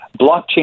Blockchain